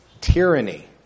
tyranny